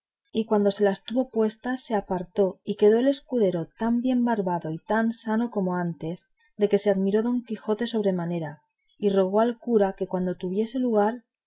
y cuando se las tuvo puestas se apartó y quedó el escudero tan bien barbado y tan sano como de antes de que se admiró don quijote sobremanera y rogó al cura que cuando tuviese lugar